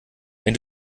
wenn